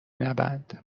نبند